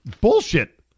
Bullshit